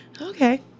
Okay